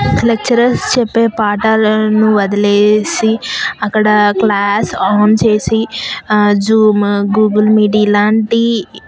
lecturers చెప్పే పాఠాలను వదిలేసి అక్కడ క్లాస్ ఆన్ చేసి జూమ్ గూగుల్ మీట్ ఇలాంటి